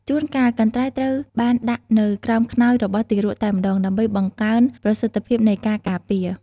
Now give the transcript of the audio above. ជួនកាល កន្ត្រៃត្រូវបានដាក់នៅក្រោមខ្នើយរបស់ទារកតែម្តង ដើម្បីបង្កើនប្រសិទ្ធភាពនៃការការពារ។